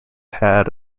had